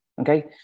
Okay